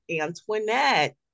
Antoinette